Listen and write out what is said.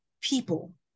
people